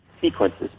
Sequences